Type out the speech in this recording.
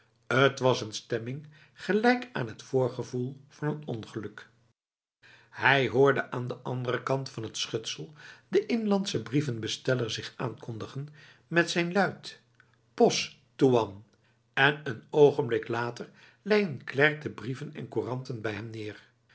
t was een stemming gelijk aan het voorgevoel van een ongeluk hij hoorde aan de andere kant van het schutsel de inlandse brievenbesteller zich aankondigen met zijn luid pos toean en een ogenblik later lei een klerk de brieven en couranten bij hem neer